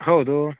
ಹೌದು